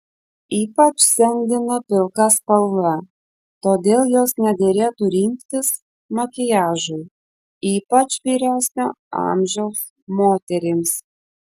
ypač sendina pilka spalva todėl jos nederėtų rinktis makiažui ypač vyresnio amžiaus moterims